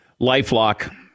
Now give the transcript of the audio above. LifeLock